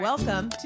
Welcome